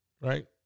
right